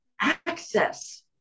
access